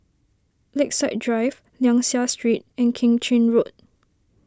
Lakeside Drive Liang Seah Street and Keng Chin Road